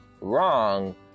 wrong